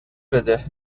بده